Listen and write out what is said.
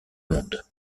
monde